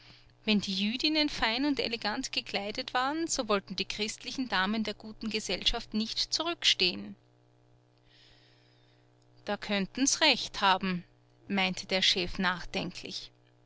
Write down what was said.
wenn die jüdinnen fein und elegant gekleidet waren so wollten die christlichen damen der guten gesellschaft nicht zurückstehen da können sie recht haben meinte der chef nachdenklich